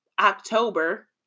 October